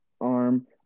arm